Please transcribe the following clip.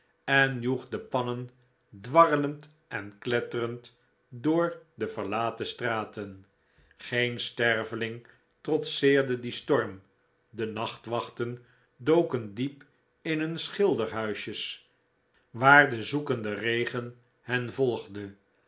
en joeg de pannen dwarrelend en kletterend door de verlaten straten geen sterveling trotseerde dien storm de nachtwachten doken diep in hun schilderhuisjes waar de zoekende regen hen volgde